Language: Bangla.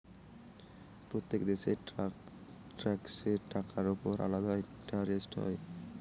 প্রত্যেক দেশের ট্যাক্সের টাকার উপর আলাদা ইন্টারেস্ট হয়